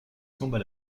tombent